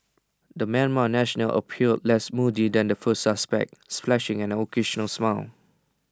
the Myanmar national appeared less moody than the first suspect flashing an occasional smile